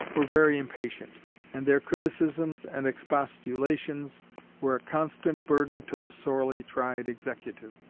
were very impatient and their criticisms and expostulations were a constant burden to the sorely tried executive.